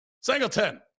Singleton